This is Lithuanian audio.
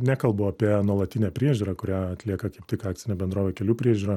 nekalbu apie nuolatinę priežiūrą kurią atlieka tiktai akcinė bendrovė kelių priežiūra